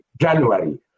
January